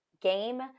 game